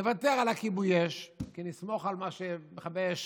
נוותר על כיבוי האש, כי נסמוך על זה שמכבי אש